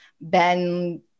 Ben